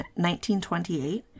1928